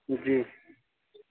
جی